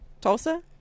Tulsa